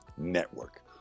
network